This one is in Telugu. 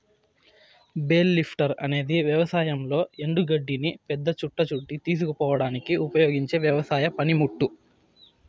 బేల్ లిఫ్టర్ అనేది వ్యవసాయంలో ఎండు గడ్డిని పెద్ద చుట్ట చుట్టి తీసుకుపోవడానికి ఉపయోగించే వ్యవసాయ పనిముట్టు